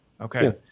Okay